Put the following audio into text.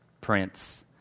Prince